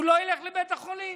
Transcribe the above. הוא לא ילך לבית החולים.